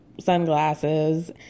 sunglasses